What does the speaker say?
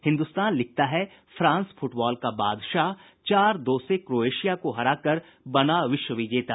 हिन्दुस्तान लिखता है France football का बादशाह चार दो से क्रोएशिया को हराकर बना विश्व विजेता